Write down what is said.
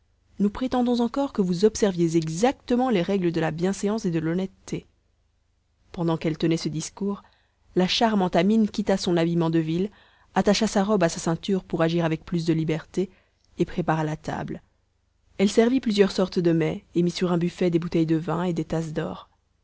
nous prétendons encore que vous observiez exactement les règles de la bienséance et de l'honnêteté pendant qu'elle tenait ce discours la charmante amine quitta son habillement de ville attacha sa robe à sa ceinture pour agir avec plus de liberté et prépara la table elle servit plusieurs sortes de mets et mit sur un buffet des bouteilles de vin et des tasses d'or